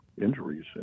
injuries